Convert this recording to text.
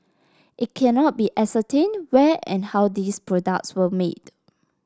it cannot be ascertained where and how these products were made